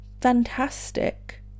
fantastic